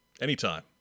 anytime